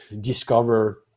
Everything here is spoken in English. discover